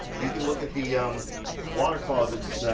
you can look at the um water closets.